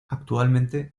actualmente